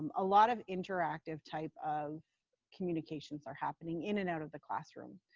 um a lot of interactive type of communications are happening in and out of the classroom.